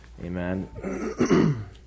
Amen